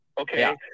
okay